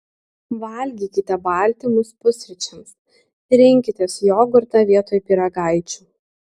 valgykite baltymus pusryčiams rinkitės jogurtą vietoj pyragaičių